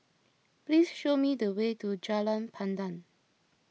please show me the way to Jalan Pandan